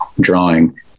drawing